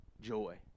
joy